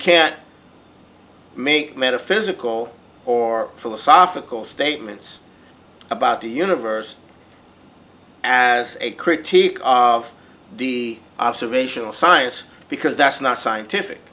can't make metaphysical or philosophical statements about the universe as a critique of the observational science because that's not scientific